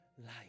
life